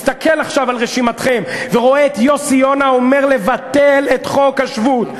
מסתכל עכשיו על רשימתכם ורואה את יוסי יונה אומר לבטל את חוק השבות,